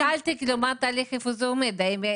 רק שאלתי מה התהליך ואיפה זה עומד.